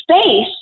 space